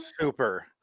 Super